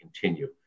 continue